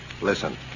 Listen